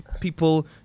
people